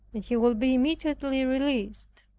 and he will be immediately released.